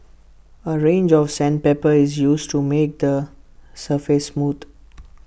A range of sandpaper is used to make the surface mood